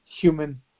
human